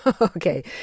Okay